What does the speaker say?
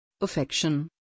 affection